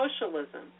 socialism